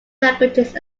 languages